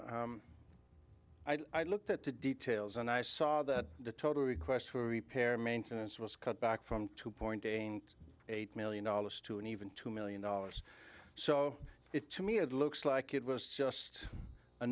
chair i looked at the details and i saw that the total request for repair maintenance was cut back from two point eight million dollars to an even two million dollars so it to me it looks like it was just a